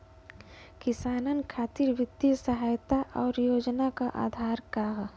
किसानन खातिर वित्तीय सहायता और योजना क आधार का ह?